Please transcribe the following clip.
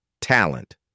talent